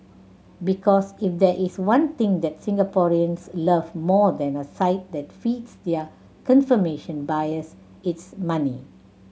because if there is one thing that Singaporeans love more than a site that feeds their confirmation bias it's money